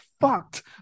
fucked